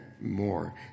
more